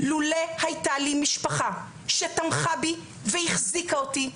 לולא הייתה לי משפחה שתמכה בי והחזיקה אותי,